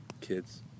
kids